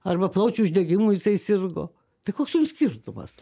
arba plaučių uždegimu jisai sirgo tai koks jum skirtumas